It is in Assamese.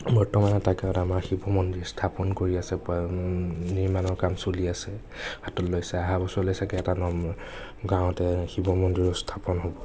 বৰ্তমান এটা গাঁৱত আমাৰ শিৱ মন্দিৰ স্থাপন কৰি আছে নিৰ্মাণৰ কাম চলি আছে হাতত লৈছে অহা বছৰলৈ ছাগৈ এটা গাঁৱতে শিৱমন্দিৰো স্থাপন হ'ব